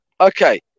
Okay